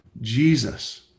Jesus